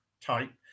type